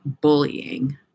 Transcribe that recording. bullying